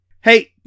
Hey